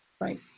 Right